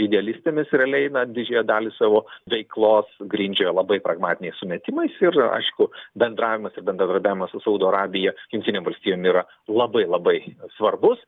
idealistėmis realiai na didžiąją dalį savo veiklos grindžia labai pragmatiniais sumetimais ir aišku bendravimas ir bendradarbiavimas su saudo arabija jungtinėm valstijom yra labai labai svarbus